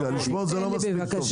לשמור זה לא מספיק טוב.